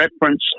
reference